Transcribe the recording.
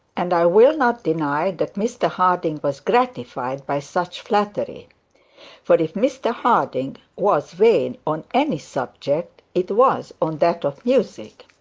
and i will not deny that mr harding was gratified by such flattery for if mr harding was vain on any subject, it was on that of music.